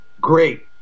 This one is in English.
great